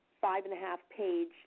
five-and-a-half-page